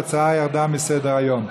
וההצעה ירדה מסדר-היום.